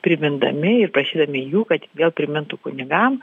primindami ir prašydami jų kad vėl primintų kunigam